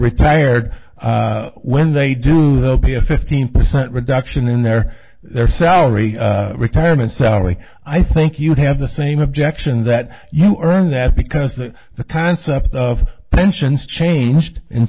retired when they do the pay a fifteen percent reduction in their their salary retirement salary i think you have the same objection that you are on that because the the concept of pensions changed in